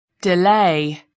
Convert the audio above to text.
delay